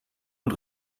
und